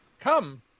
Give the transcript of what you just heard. Come